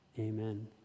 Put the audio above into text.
Amen